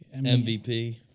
MVP